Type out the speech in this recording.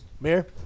Mayor